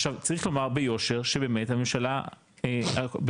עכשיו צריך לומר ביושר שבאמת הממשלה הקודמת,